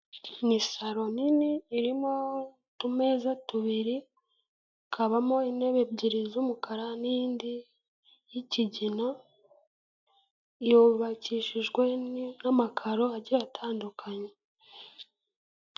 Ni saro nini irimo utumeza tubiri, hakabamo intebe ebyiri z'umukara n'iyindi y'kigina, yubakishijwe n'amakaro agiye atandukanye.